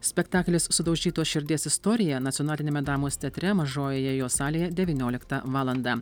spektaklis sudaužytos širdies istorija nacionaliniame dramos teatre mažojoje jos salėje devynioliktą valandą